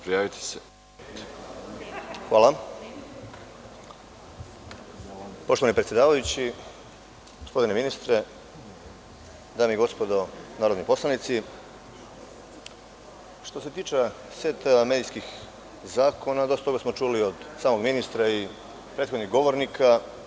Poštovani predsedavajući, gospodine ministre, dame i gospodo narodni poslanici, što se tiče seta medijskih zakona, dosta toga smo čuli od samog ministra i prethodnih govornika.